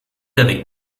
avec